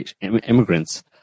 immigrants